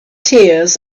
tears